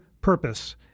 purpose